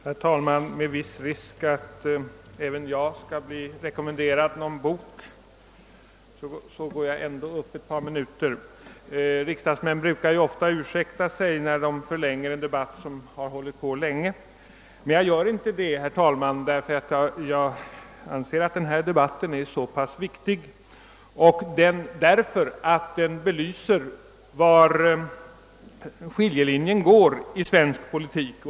Herr talman! Med viss risk att även jag skall bli rekommenderad att läsa någon bok skall jag ändå ta tiden i anspråk ett par minuter. Riksdagsmän brukar ju ofta ursäkta sig när de förlänger en debatt som har hållit på länge, men det gör inte jag, herr talman, eftersom jag anser att denna debatt är så viktig och belyser var skiljelinjen går i svensk politik.